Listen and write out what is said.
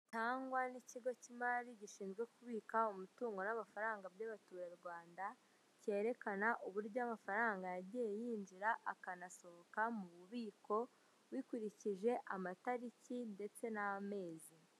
Gitangwa n'ikigo cy'imari gishinzwe kubika umutungo n'amafaranga by'abaturarwanda, cyerekana uburyo amafaranga yagiye yinjira akanasohoka mu bubiko, bikurikije amatariki ndetse n'amezi.